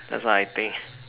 that's what I think